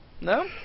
No